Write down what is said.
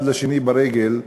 אחד לשני ברגל,